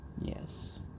Yes